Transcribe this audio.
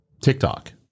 TikTok